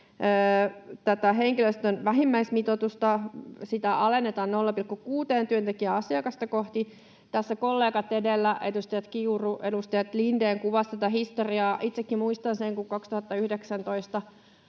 tätä henkilöstön vähimmäismitoitusta. Sitä alennetaan 0,6 työntekijään asiakasta kohti. Tässä edellä kollegat, edustajat Kiuru ja Lindén, kuvasivat tätä historiaa. Itsekin muistan sen, kun